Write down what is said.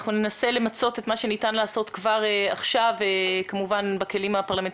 אנחנו ננסה למצות את מה שניתן לעשות כבר עכשיו בכלים הפרלמנטריים